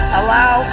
allow